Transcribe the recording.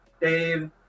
Dave